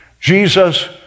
Jesus